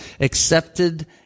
accepted